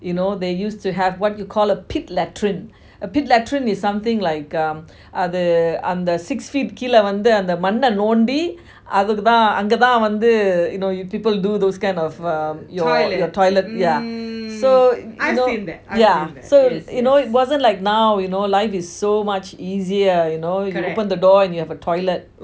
you know they used to have what you call a pit latrine a pit latrine is something like um அது அந்த:athu antha six feet கீழ வந்து அந்த மன்னா நொண்டி அத தான் அங்க தான் வந்து:keela vanthu antha manna nondi atha thaan anga thaan vanthu you know people do those kind of err your toilet yeah so you know yeah so it wasn't like now you know life is so much easier you know you open the door and you have a toilet